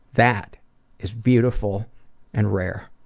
that is beautiful and rare.